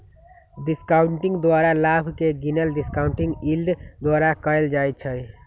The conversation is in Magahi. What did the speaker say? डिस्काउंटिंग द्वारा लाभ के गिनल डिस्काउंटिंग यील्ड द्वारा कएल जाइ छइ